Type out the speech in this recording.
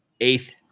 eighth